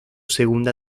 segunda